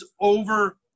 over